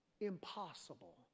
impossible